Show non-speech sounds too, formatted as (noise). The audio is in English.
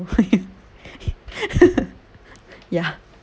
(laughs) ya